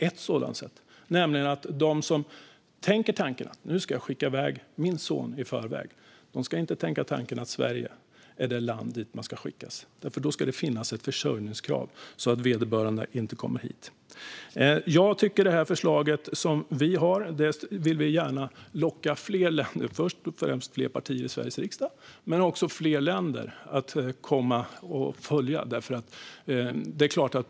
Ett sådant sätt är att se till att de som tänker tanken att skicka i väg sin son i förväg inte ska tänka att Sverige är det land dit han ska skickas. Det ska nämligen finnas ett försörjningskrav, så att vederbörande inte kommer hit. Vi vill gärna locka fler, först och främst fler partier i Sveriges riksdag men också fler länder, att följa vårt förslag.